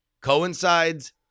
coincides